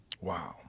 Wow